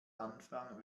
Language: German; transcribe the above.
anfang